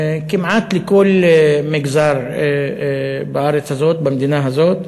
כמעט לכל מגזר בארץ הזאת, במדינה הזאת.